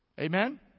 Amen